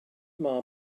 mae